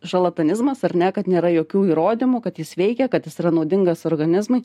šarlatanizmas ar ne kad nėra jokių įrodymų kad jis veikia kad jis yra naudingas organizmui